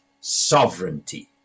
sovereignty